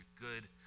good